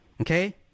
okay